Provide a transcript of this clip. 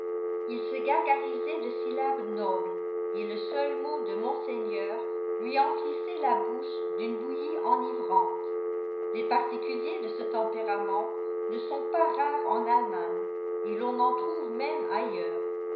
il se gargarisait de syllabes nobles et le seul mot de monseigneur lui emplissait la bouche d'une bouillie enivrante les particuliers de ce tempérament ne sont pas rares en allemagne et l'on en trouve même ailleurs